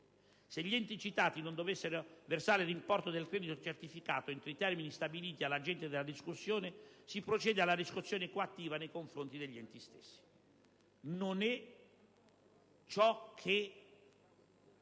Se gli enti citati non dovessero versare l'importo del credito certificato entro i termini stabiliti all'agente della riscossione, si procederà alla riscossione coattiva nei confronti degli enti stessi. Non è ciò che